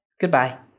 Goodbye